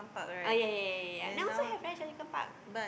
oh ya ya ya ya ya now also have right Shangri-la park